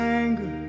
anger